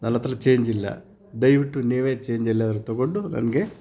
ನನ್ನತ್ರ ಚೇಂಜ್ ಇಲ್ಲ ದಯವಿಟ್ಟು ನೀವೇ ಚೇಂಜ್ ಎಲ್ಲಾದರೂ ತೊಗೊಂಡು ನನಗೆ